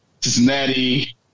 Cincinnati